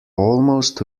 almost